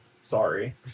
Sorry